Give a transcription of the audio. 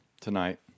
tonight